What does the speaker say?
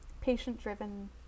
patient-driven